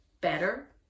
better